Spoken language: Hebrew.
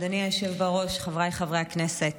אדוני היושב בראש, חבריי חברי הכנסת,